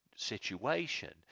situation